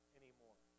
anymore